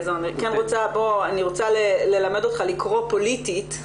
אני רוצה ללמד אותך לקרוא פוליטית,